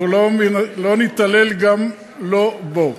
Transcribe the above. אנחנו לא נתעלל, גם לא בו.